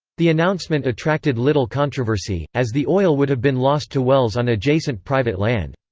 the announcement attracted little controversy, as the oil would have been lost to wells on adjacent private land.